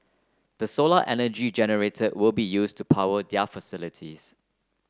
the solar energy generated will be used to power their facilities